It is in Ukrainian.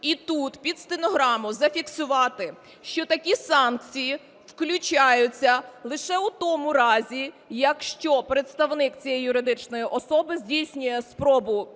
і тут під стенограму зафіксувати, що такі санкції включаються лише у тому разі, якщо представник цієї юридичної особи здійснює спробу